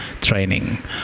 training